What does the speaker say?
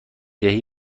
دهی